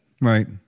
Right